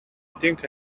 think